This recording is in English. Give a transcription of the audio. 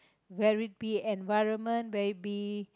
where it be environment where it be